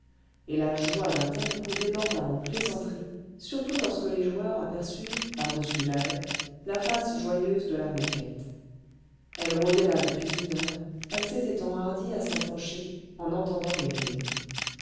et la joie d'un tel coup déborda en plaisanteries surtout lorsque les joueurs aperçurent par-dessus la haie la face joyeuse de la mouquette elle rôdait là depuis une heure elle s'était enhardie à s'approcher en entendant les rires